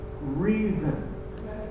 reason